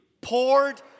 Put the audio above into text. Poured